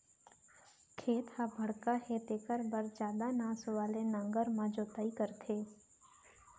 खेत ह बड़का हे तेखर बर जादा नास वाला नांगर म जोतई करथे